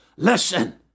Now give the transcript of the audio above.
listen